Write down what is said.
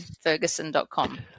ferguson.com